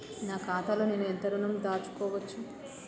నా ఖాతాలో నేను ఎంత ఋణం దాచుకోవచ్చు?